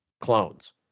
clones